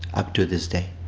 up to this day.